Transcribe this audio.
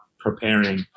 preparing